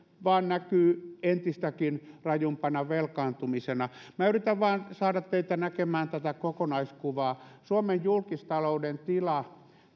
vain näkyy entistäkin rajumpana velkaantumisena minä yritän vain saada teitä näkemään tätä kokonaiskuvaa suomen julkistalouden tila